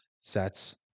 sets